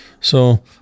So-